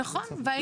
נכון.